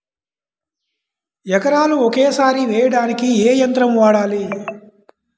ఎకరాలు ఒకేసారి వేయడానికి ఏ యంత్రం వాడాలి?